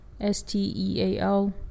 S-T-E-A-L